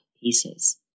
pieces